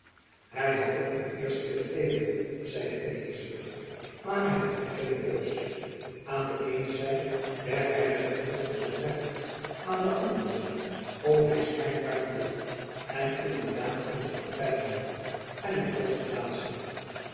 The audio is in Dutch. hy had er ook eerst veel tegen zeide elizabeth maar hy had geen keus aan de eene zij werd hy met een vervolging bedreigd aan de andere zij kon hy schijnbaar de witt en in de daad onze party dienen en hy koos het laatste